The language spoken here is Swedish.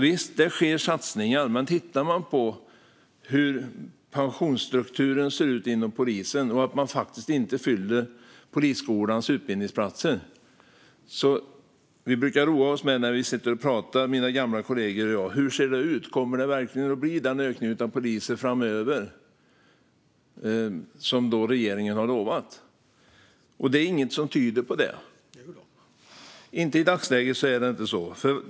Visst sker det satsningar, men man måste också titta på hur pensionsstrukturen ser ut inom polisen. Det är också faktiskt så att man inte fyller polisskolans utbildningsplatser. När jag träffar mina gamla kollegor brukar vi roa oss med att sitta och prata om hur det ser ut. Kommer den ökning av antalet poliser som regeringen utlovat verkligen att bli av framöver? Det är i dagsläget inget som tyder på det.